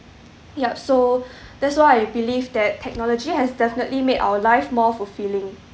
yup so that's why I believe that technology has definitely made our life more fulfilling